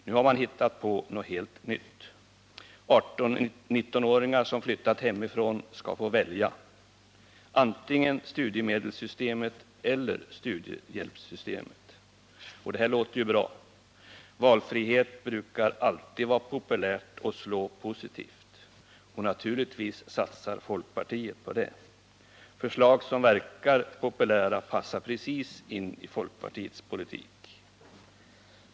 Nu har man hittat på något helt nytt. 18-19-åringar som flyttat hemifrån får välja antingen studiemedelssystemet eller studiehjälpssystemet. Det här låter ju bra. Valfrihet brukar alltid vara populärt och slå positivt, och naturligtvis satsade folkpartiet på det. Förslag som verkar populära passar precis in i folkpartiets politik.